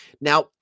Now